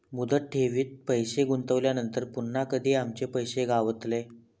मुदत ठेवीत पैसे गुंतवल्यानंतर पुन्हा कधी आमचे पैसे गावतले?